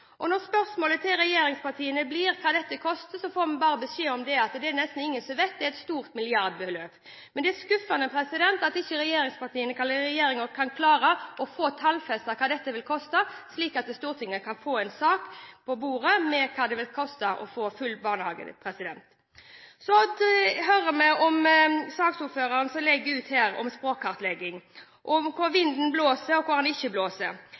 barnehageplass. Når spørsmålet til regjeringspartiene er hva dette koster, får vi bare beskjed om at det er det nesten ingen som vet, det er et milliardbeløp. Men det er skuffende at ikke regjeringspartiene eller regjeringen kan klare å få tallfestet hva dette vil koste, slik at Stortinget kan få en sak på bordet om hva det vil koste å få full barnehagedekning. Vi hører her saksordføreren legge ut om språkkartlegging og om hvor vinden blåser og ikke blåser.